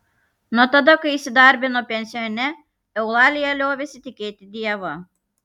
nuo tada kai įsidarbino pensione eulalija liovėsi tikėti dievą